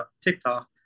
TikTok